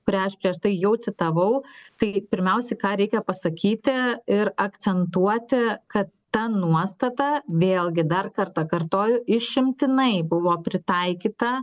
kurią aš prieš tai jau citavau tai pirmiausia ką reikia pasakyti ir akcentuoti kad ta nuostata vėlgi dar kartą kartoju išimtinai buvo pritaikyta